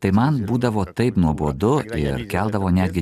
tai man būdavo taip nuobodu ir keldavo netgi